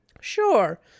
Sure